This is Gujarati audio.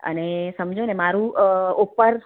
અને સમજોને મારું ઉપર